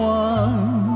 one